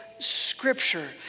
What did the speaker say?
scripture